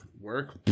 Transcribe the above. Work